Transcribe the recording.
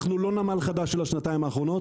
אנחנו לא נמל חדש של השנתיים האחרונות